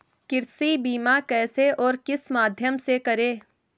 कृषि बीमा कैसे और किस माध्यम से करें?